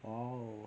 !wow!